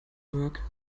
work